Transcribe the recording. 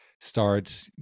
start